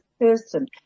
person